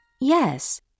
Yes